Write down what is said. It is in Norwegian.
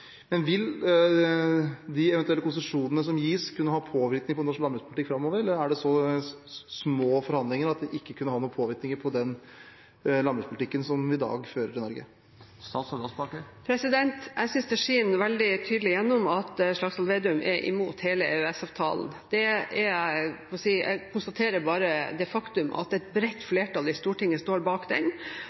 Vil de eventuelle konsesjonene som gis, kunne ha påvirkning på norsk landbrukspolitikk framover, eller er det så små forhandlinger at det ikke vil ha noen påvirkning på den landbrukspolitikken som vi i dag fører i Norge? Jeg synes det skinner veldig tydelig igjennom at Slagsvold Vedum er imot hele EØS-avtalen. Jeg konstaterer det faktum at et bredt flertall i Stortinget står bak den,